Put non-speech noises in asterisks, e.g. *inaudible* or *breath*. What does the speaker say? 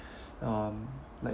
*breath* um like